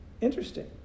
Interesting